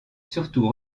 surtout